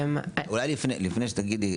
אולי לפני שתגידי,